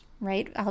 right